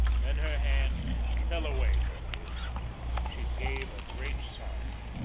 then her hand fell away from his she gave a great sob,